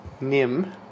Nim